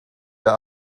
der